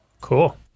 cool